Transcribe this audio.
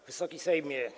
Wysoki Sejmie!